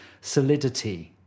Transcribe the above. solidity